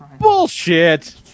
Bullshit